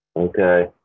Okay